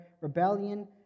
rebellion